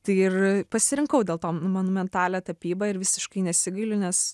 tai ir pasirinkau dėl to monumentalią tapybą ir visiškai nesigailiu nes